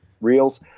reels